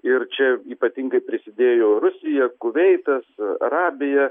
ir čia ypatingai prisidėjo rusija kuveitas arabija